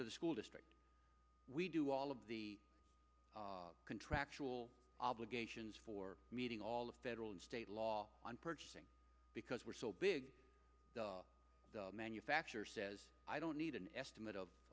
to the school district we do all of the contractual obligations for meeting all the federal and state law on purchasing because we're so big the manufacturer says i don't need an estimate